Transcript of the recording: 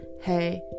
hey